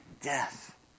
death